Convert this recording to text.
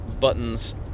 buttons